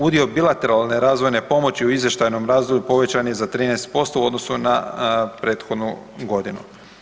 Udio bilateralne razvojne pomoći u izvještajnom razdoblju povećan je za 13% u odnosu na prethodnu godinu.